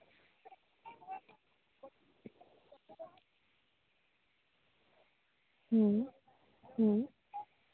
ᱦᱩᱸ ᱦᱩᱸ